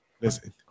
listen